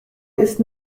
ist